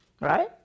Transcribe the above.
right